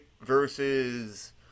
versus